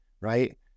right